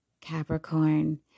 Capricorn